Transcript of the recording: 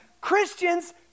Christians